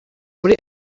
muri